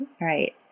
right